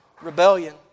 rebellion